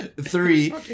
Three